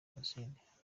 jenoside